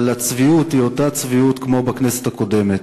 אבל הצביעות היא אותה צביעות כמו בכנסת הקודמת,